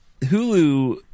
Hulu